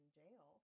jail